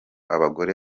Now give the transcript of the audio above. abagore